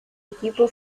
equipo